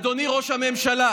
אדוני ראש הממשלה,